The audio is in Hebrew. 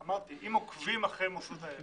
אם עוקבים אחרי המוסדות האלה